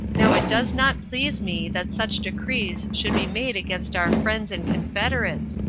now it does not please me that such decrees should be made against our friends and confederates,